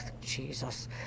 Jesus